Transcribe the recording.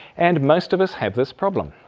and most of us have this problem.